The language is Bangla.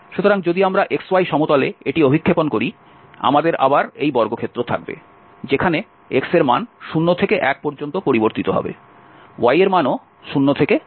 সুতরাং যদি আমরা xy সমতলে এটি অভিক্ষেপণ করি আমাদের আবার এই বর্গক্ষেত্র থাকবে যেখানে x এর মান 0 থেকে 1 পর্যন্ত পরিবর্তিত হবে y এর মানও 0 থেকে 1 পর্যন্ত পরিবর্তিত হবে